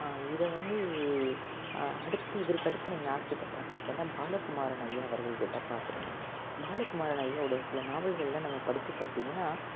இதை வந்து அடுத்து இவருக்கு அடுத்து நான் யார் கிட்டே பார்த்துருக்கேன்னா பாலகுமாரன் ஐயா அவர்கள்கிட்டே பார்த்துருக்கேன் பாலகுமாரன் ஐயா உடைய சில நாவல்களெலாம் நம்ம படித்து பார்த்தீங்கன்னா